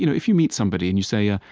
you know if you meet somebody and you say, ah